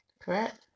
Correct